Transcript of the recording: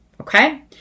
Okay